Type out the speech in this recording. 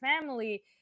family